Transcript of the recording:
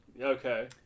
Okay